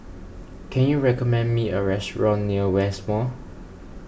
can you recommend me a restaurant near West Mall